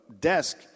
desk